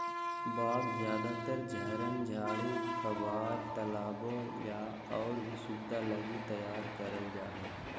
बाग ज्यादातर झरन, झाड़ी, फव्वार, तालाबो या और भी सुविधा लगी तैयार करल जा हइ